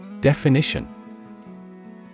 Definition